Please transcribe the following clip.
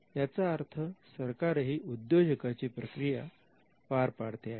याचा अर्थ सरकारही उद्योजकाची प्रक्रिया पार पाडते आहे